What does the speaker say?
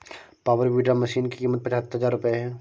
power weeder machine की कीमत पचहत्तर हजार रूपये है